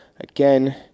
Again